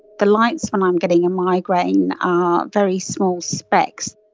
the lights when i'm getting a migraine are very small specks.